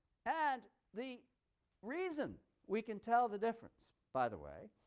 and the reason we can tell the difference, by the way,